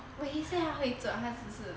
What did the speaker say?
wen yi say 他会做他只是